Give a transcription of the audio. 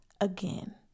again